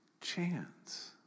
chance